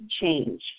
change